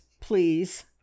please